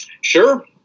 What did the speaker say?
Sure